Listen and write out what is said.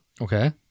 Okay